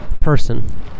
person